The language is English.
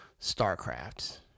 StarCraft